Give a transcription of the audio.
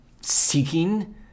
seeking